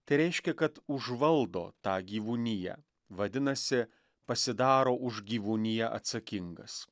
tereiškia kad užvaldo tą gyvūniją vadinasi pasidaro už gyvūniją atsakingas